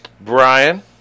Brian